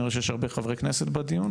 אני רואה שיש הרבה חברי כנסת בדיון.